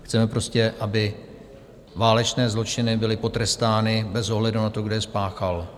Chceme prostě, aby válečné zločiny byly potrestány bez ohledu na to, kdo je spáchal.